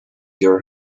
your